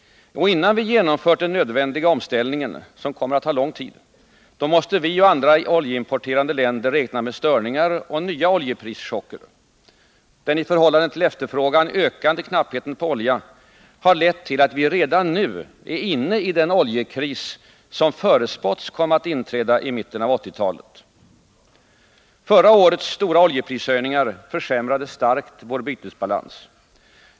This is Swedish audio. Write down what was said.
Innan vi genomfört den nödvändiga omställningen —- som kommer att ta lång tid — måste vi och andra oljeimporterande länder räkna med störningar och nya oljeprischocker. Den i förhållande till efterfrågan ökande knappheten på olja har lett till att vi redan nu är inne i den oljekris som förutspåtts komma att inträda i mitten av 1980-talet. Förra årets stora oljeprishöjningar försämrade starkt vår bytesbalans.